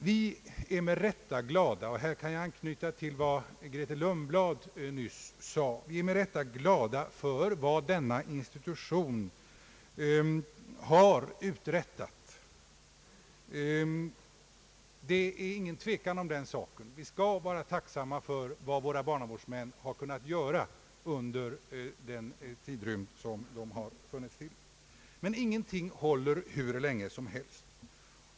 Vi är glada över — och här kan jag anknyta till vad fru Grethe Lundblad nyss sade — det som denna institution har uträttat. Vi bör utan tvekan vara tacksamma för vad våra barnavårdsmän har kunnat göra sedan denna institution infördes. Men ingenting håller ju hur länge som helst.